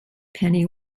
penny